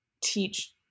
teach